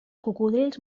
cocodrils